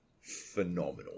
phenomenal